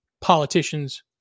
politicians